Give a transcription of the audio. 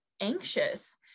anxious